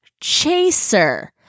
Chaser